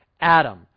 Adam